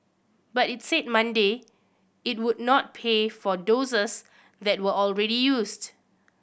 but it said Monday it would not pay for doses that were already used